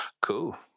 Cool